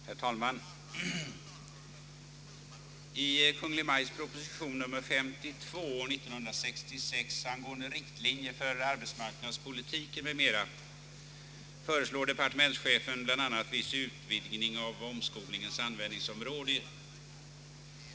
Herr talman! I Kungl. Maj:ts Proposition nr 52 år 1966 angående riktlinjer för arbetsmarknadspolitiken m.m. föreslår departementschefen bl.a. viss vidgning av omskolningens användningsområde.